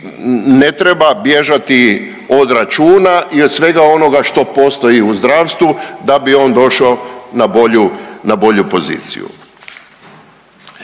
ne treba bježati od računa i od svega onoga što postoji u zdravstvu da bi on došao na bolju, na bolju